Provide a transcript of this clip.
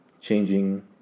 changing